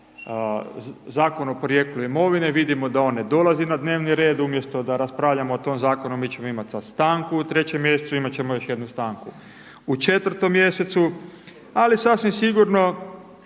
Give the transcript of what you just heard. Zakon o porijeklu imovinu, vidimo da on ne dolazi na dnevni red, umjesto da raspravljamo o tom zakonu, mi ćemo imati sada stanku u 3 mj. imati ćemo još jednu stanku u 4 mj. ali sasvim sigurno